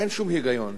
אין שום היגיון.